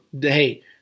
hey